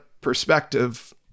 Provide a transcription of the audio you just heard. perspective